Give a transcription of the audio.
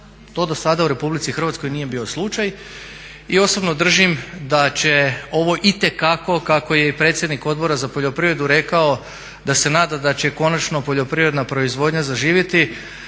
To do sada u RH nije bio slučaj. I osobno držim da će ovo itekako kako je i predsjednik Odbora za poljoprivredu rekao da se nada da će konačno poljoprivredna proizvodnja zaživjeti.